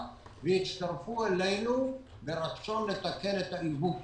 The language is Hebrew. והצטרפו אלינו ברצון לתקן את העיוות,